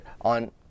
on